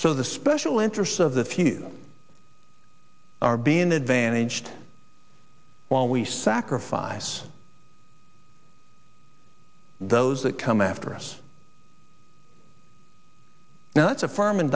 so the special interests of the few are being advantaged while we sacrifice those that come after us now that's a farm